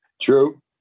True